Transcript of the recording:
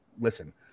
listen